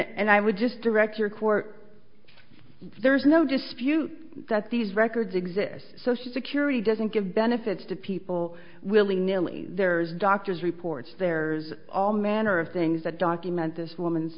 and i would just direct your corps there's no dispute that these records exist social security doesn't give benefits to people willing merely there's doctors reports there's all manner of things that document this woman's